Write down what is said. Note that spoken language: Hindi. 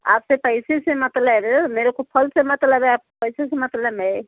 आपको पैसे से मतलब मेरे को फल से मतलब है पैसे से मतलब है